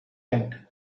end